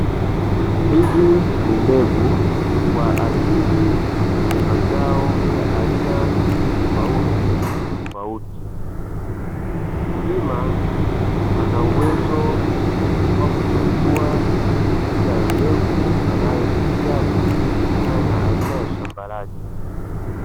Hizi ni mbegu kwa ajili ya mazao ya aina tofautitofauti mkulima anauwezo wa kuchagua aina ya mbegu anayoihitaji kutokana na aina ya shamba lake.